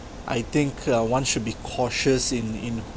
I think uh one should be cautious in in